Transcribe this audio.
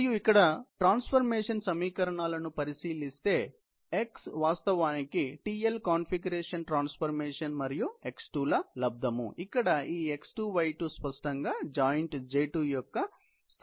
మరియు ఇక్కడ కూడా నేను ట్రాన్స్ఫర్మేషన్ సమీకరణాలను పరిశీలిస్తే x వాస్తవానికి TL కాన్ఫిగరేషన్ ట్రాన్స్ఫర్మేషన్ మరియు x2 ల లబ్దము ఇక్కడ ఈ x2 y2 స్పష్టంగా జాయింట్ J2 యొక్క స్థానము కోఆర్డినేట్